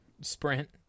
sprint